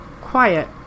quiet